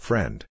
Friend